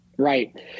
Right